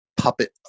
puppet